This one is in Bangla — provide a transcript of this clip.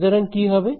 সুতরাং কি হবে